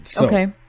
Okay